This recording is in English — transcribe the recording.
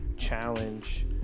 challenge